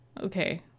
okay